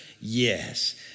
Yes